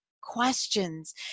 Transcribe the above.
questions